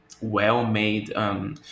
well-made